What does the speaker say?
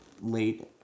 late